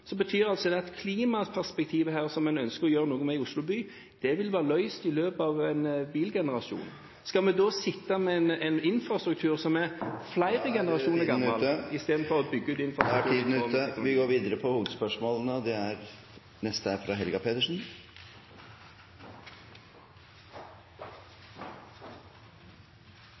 betyr det at klimaperspektivet, som en ønsker å gjøre noe med i Oslo by, vil være løst i løpet av en bilgenerasjon. Skal vi da sitte med en infrastruktur som er flere generasjoner gammel, istedenfor å bygge ut infrastruktur … Da er tiden ute. Vi går